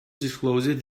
discloses